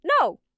no